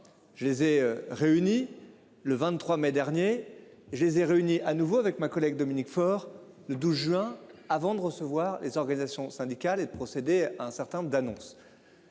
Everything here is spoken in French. Je les ai réuni, le 23 mai dernier. Je les ai réunis à nouveau avec ma collègue Dominique Faure, le 12 juin, avant de recevoir les organisations syndicales et de procéder à un certain nombre d'annonces.